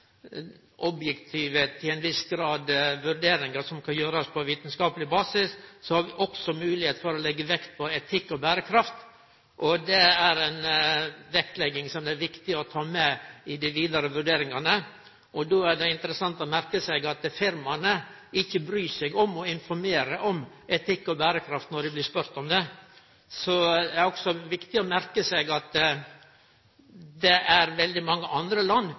objektive vurderingar til ein viss grad, og som kan gjerast på vitskapleg basis, har vi også moglegheit til å leggje vekt på etikk og berekraft. Det er ei vektlegging som er viktig å ta med i dei vidare vurderingane. Då er det interessant å merke seg at firma ikkje bryr seg om å informere om etikk og berekraft når dei blir spurde om det. Så er det også viktig å merke seg at det er veldig mange andre land